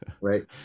Right